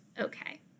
okay